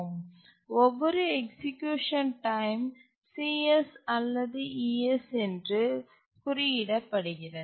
ஒவ்வொரு execution time cs அல்லது es என்று குறி இடப்படுகிறது